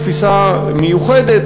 שהיא תפיסה מיוחדת,